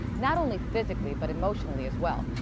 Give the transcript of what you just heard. not only physically but emotionally as well.